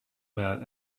man